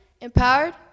empowered